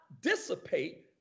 dissipate